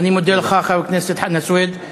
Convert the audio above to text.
אני מודה לך, חבר הכנסת חנא סוייד.